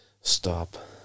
stop